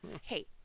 hey